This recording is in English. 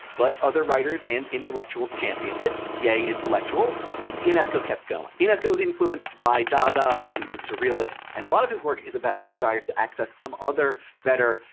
but other writers and intellectuals championed it yay, intellectuals and ionesco kept going. ionesco was influenced by dada and the surrealists, and a lot of his work is about a desire to access some other, better,